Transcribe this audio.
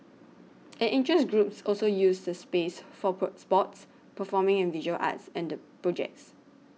and interest groups also use the space for pro sports performing and visual arts and the projects